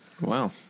Wow